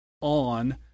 on